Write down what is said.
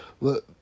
look